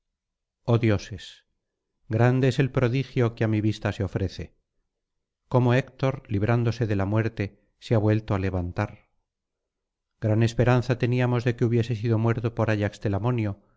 dioses grande es el prodigio que á mi vista se ofrece cómo héctor librándose de la muerte se ha vuelto á levantar gran esperanza teníamos de que hubiese sido muerto por ayax